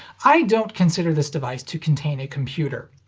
i don't consider this device to contain a computer.